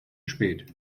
spät